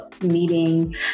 meeting